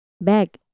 bag